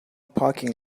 parking